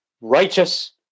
righteous